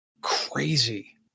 Crazy